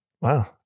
Wow